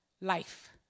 Life